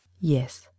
Yes